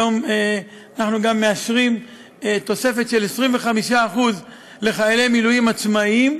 היום אנחנו גם מאשרים תוספת של 25% לחיילי מילואים עצמאים,